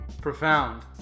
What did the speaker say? Profound